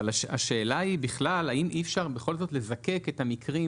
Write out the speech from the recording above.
אבל השאלה היא בכלל האם אי אפשר בכל לזקק את המקרים